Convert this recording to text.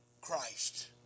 Christ